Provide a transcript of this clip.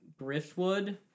Griffwood